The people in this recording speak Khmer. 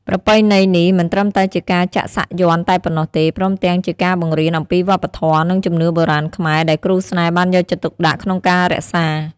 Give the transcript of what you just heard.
ប្រពៃណីនេះមិនត្រឹមតែជាការចាក់សាក់យន្តតែប៉ុណ្ណោះទេ ព្រមទាំងជាការបង្រៀនអំពីវប្បធម៌ និងជំនឿបុរាណខ្មែរ ដែលគ្រូស្នេហ៍បានយកចិត្តទុកដាក់ក្នុងការរក្សា។